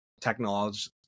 technology